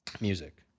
music